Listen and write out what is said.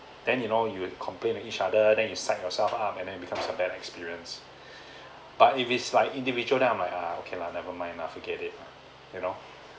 then you know you complain at each other then you side yourself up and then becomes a bad experience but if it's like individual then I'm like ah okay lah never mind lah forget it you know